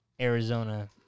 Arizona